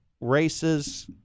races